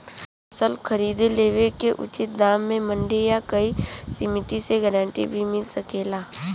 फसल खरीद लेवे क उचित दाम में मंडी या कोई समिति से गारंटी भी मिल सकेला?